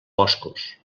boscos